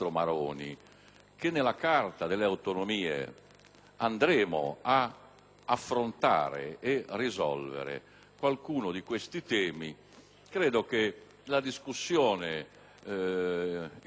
affrontare e risolvere qualcuno di questi temi, credo che la discussione in oggetto sia utile